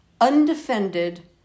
undefended